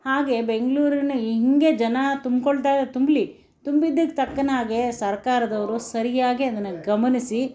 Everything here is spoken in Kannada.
ಹಾಗೆ ಬೆಂಗಳೂರಿನ ಹೀಗೆ ಜನ ತುಂಬಿಕೊಳ್ತಾ ತುಂಬಲಿ ತುಂಬಿದಕ್ಕೆ ತಕ್ಕನಾಗಿ ಸರ್ಕಾರದವರು ಸರಿಯಾಗಿ ಅದನ್ನು ಗಮನಿಸಿ